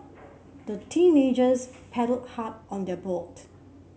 the teenagers paddled hard on their boat